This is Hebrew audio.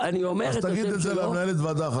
תגיד את זה למנהלת הוועדה אחר